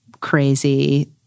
crazy